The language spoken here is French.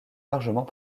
largement